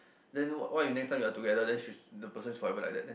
then what what if next time you are together and she's that person forever like that then